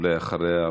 ואחריה,